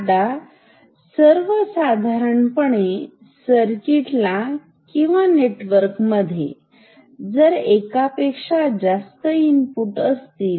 आता सर्वसाधारणपणे सर्किटला किंवा नेटवर्कमध्ये जर एकापेक्षा जास्त इनपुट असतील